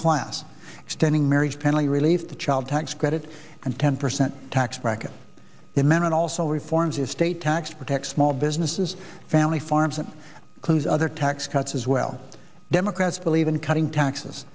class extending marriage penalty relief the child tax credit and ten percent tax bracket to men and also reforms estate tax protect small businesses family farms that includes other tax cuts as well democrats believe in cutting taxes